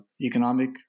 economic